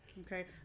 okay